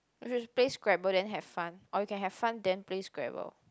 or we should play Scramble then have fun or we can have fun then play Scramble